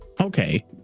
okay